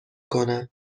کنم